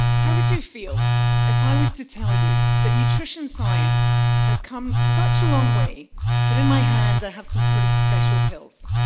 how would you feel if i was to tell you that nutrition science has come such a long way that in my hand i have some pretty special pills.